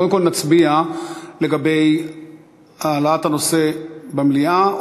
קודם כול נצביע על העלאת הנושא במליאה,